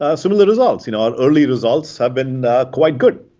ah similar results. you know our early results have been quite good.